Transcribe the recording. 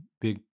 big